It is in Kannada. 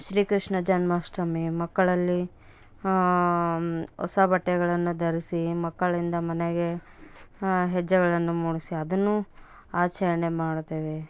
ಶ್ರೀ ಕೃಷ್ಣ ಜನ್ಮಾಷ್ಟಮಿ ಮಕ್ಕಳಲ್ಲಿ ಹೊಸ ಬಟ್ಟೆಗಳನ್ನು ಧರ್ಸಿ ಮಕ್ಕಳಿಂದ ಮನೆಗೆ ಹೆಜ್ಜೆಗಳನ್ನು ಮೂಡಿಸಿ ಅದನ್ನೂ ಆಚರಣೆ ಮಾಡುತ್ತೇವೆ